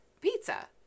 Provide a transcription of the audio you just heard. pizza